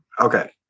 Okay